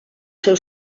seu